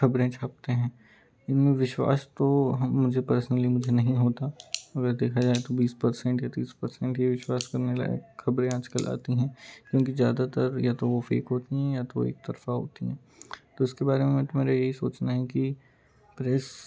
खबरें छापते हैं इनमें विश्वास तो हम मुझे पर्सनली मुझे नहीं होता अगर देखा जाए तो बीस परसेंट या तीस परसेंट ही है विश्वास करने लायक खबरें आजकल आती हैं क्योंकि ज़्यादातर या तो वह फेंक होती हैं या तो एक तरफा होती हैं तो उसके बारे में तो मेरा यही सोचना है कि प्रेस